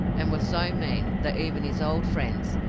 and was so mean that even his old friends,